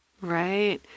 Right